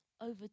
over